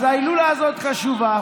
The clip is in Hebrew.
אז ההילולה הזאת חשובה,